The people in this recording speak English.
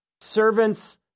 Servants